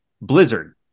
blizzard